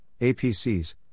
APCs